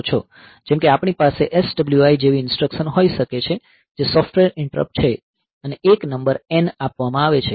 જેમ કે આપણી પાસે SWI જેવી ઈન્સ્ટ્રકશન હોઈ શકે છે જે સોફ્ટવેર ઇન્ટરપ્ટ છે અને એક નંબર n આપવામાં આવે છે